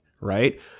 right